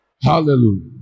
Hallelujah